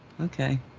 Okay